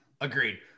Agreed